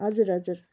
हजुर हजुर